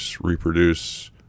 reproduce